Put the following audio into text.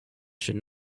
should